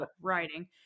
writing